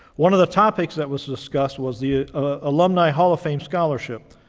one of the topics that was discussed was the alumni hall of fame scholarship,